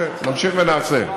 נמשיך ונעשה.